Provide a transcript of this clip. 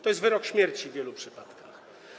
To jest wyrok śmierci w wielu przypadkach.